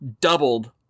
doubled